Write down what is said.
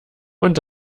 und